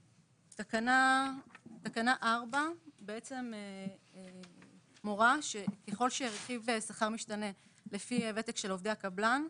תקנה 4. התקנה מורה על כך שככל שרכיב שכר משתנה לפי ותק של עובדי הקבלן,